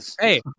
Hey